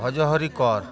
ভজহরি কর